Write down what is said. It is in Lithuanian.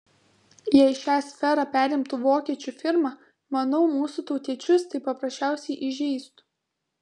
jei šią sferą perimtų vokiečių firma manau mūsų tautiečius tai paprasčiausiai įžeistų